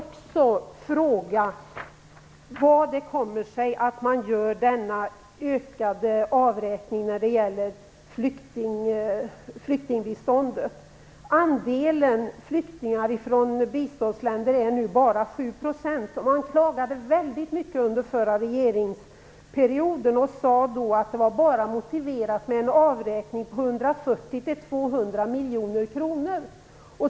Andelen flyktingar från biståndsländer är nu bara 7 %. Man klagade väldigt mycket under den förra regeringsperioden och sade att det bara var motiverat med en avräkning på 140-200 miljoner kronor.